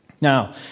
Now